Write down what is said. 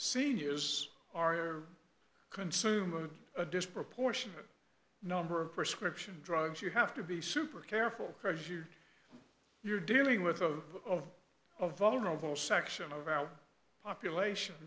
seniors are consumer a disproportionate number of prescription drugs you have to be super careful treasure you're dealing with of of vulnerable section of our population